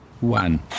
one